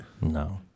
No